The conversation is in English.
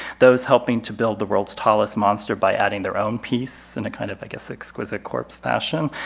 those helping to build the world's tallest monster by adding their own piece in a kind of, i guess, exquisite corpse fashion,